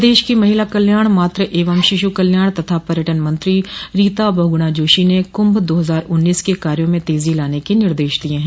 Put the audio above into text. प्रदेश की महिला कल्याण मात्र एवं शिशु कल्याण तथा पर्यटन मंत्री रीता बहुगुणा जोशी ने कुंभ दो हजार उन्नीस के कार्यो में तेजी लाने के निर्देश दिये हैं